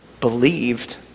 believed